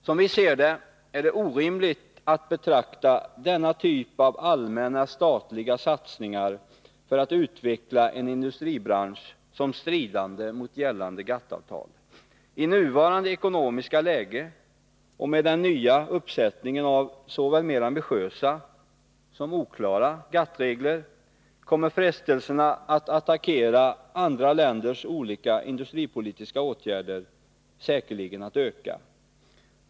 Som vi ser det är det orimligt att betrakta denna typ av allmänna statliga satsningar för att utveckla en industribransch som stridande mot gällande GATT-avtal. I nuvarande ekonomiska läge och med den nya uppsättningen av såväl mer ambitiösa som oklara GATT-regler kommer frestelsen att attackera andra länders olika industripolitiska åtgärder säkerligen att öka.